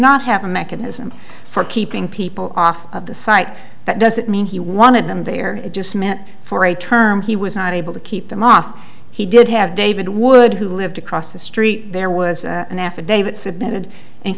not have a mechanism for keeping people off of the site that doesn't mean he wanted them there just meant for a term he was not able to keep them off he did have david wood who lived across the street there was an affidavit submitted